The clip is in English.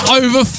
over